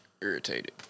Irritated